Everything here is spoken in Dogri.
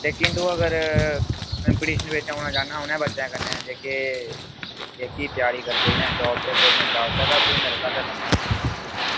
लेकिन तू अगर कम्पटीशन बिच्च औना चाह्नां उनें बच्चें कन्नै जेह्के एह्की त्यारी करदे न जाब ते गवर्नमेंट जाब ते तू मेरे स्हाबें कन्नै दिक्खी लै